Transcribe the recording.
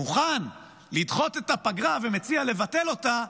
מוכן לדחות את הפגרה ומציע לבטל אותה.